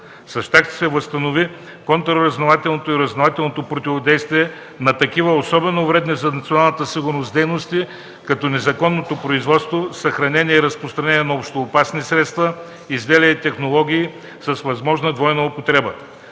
С тях ще се възстанови контраразузнавателното и разузнавателното противодействие на такива, особено вредни за националната сигурност, дейности като незаконното производство, съхранение и разпространение на общоопасни средства, изделия и технологии с възможна двойна употреба;